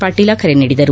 ಪಾಟೀಲ ಕರೆ ನೀಡಿದರು